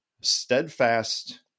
steadfast